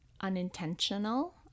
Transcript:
unintentional